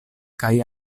kaj